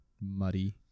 muddy